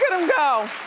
him go.